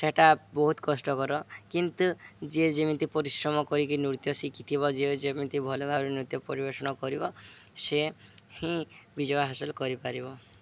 ସେଟା ବହୁତ କଷ୍ଟକର କିନ୍ତୁ ଯିଏ ଯେମିତି ପରିଶ୍ରମ କରିକି ନୃତ୍ୟ ଶିଖିଥିବ ଯିଏ ଯେମିତି ଭଲ ଭାବରେ ନୃତ୍ୟ ପରିବେଷଣ କରିବ ସିଏ ହିଁ ବିଜୟ ହାସଲ କରିପାରିବ